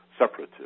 separative